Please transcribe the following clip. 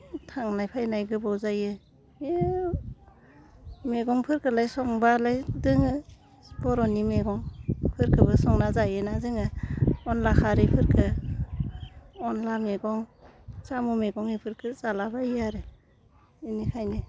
थांनाय फैनाय गोबाव जायो बे मेगंफोरखौलाय संबालाय दङ बर'नि मेगंफोरखौबो संना जायो जोङो अनला खारैफोरखौ अनला मेगं साम' मेगं बेफोरखौ जालाबायो आरो बिनिखायनो